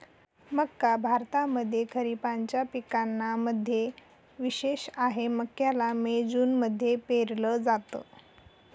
मक्का भारतामध्ये खरिपाच्या पिकांना मध्ये विशेष आहे, मक्याला मे जून मध्ये पेरल जात